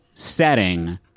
setting